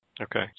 Okay